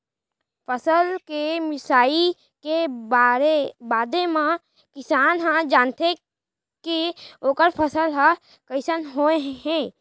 फसल के मिसाई के बादे म किसान ह जानथे के ओखर फसल ह कइसन होय हे